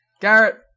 Garrett